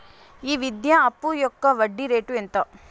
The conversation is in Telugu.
ఈ విద్యా అప్పు యొక్క వడ్డీ రేటు ఎంత?